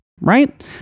Right